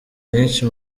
nyinshi